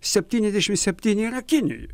septyniasdešimt septyni yra kinijoj